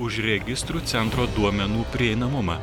už registrų centro duomenų prieinamumą